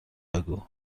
بگو